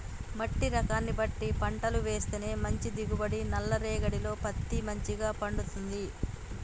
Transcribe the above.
మట్టి రకాన్ని బట్టి పంటలు వేస్తేనే మంచి దిగుబడి, నల్ల రేగఢీలో పత్తి మంచిగ పండుతది